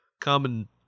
common